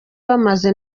bamaze